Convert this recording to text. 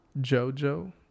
jojo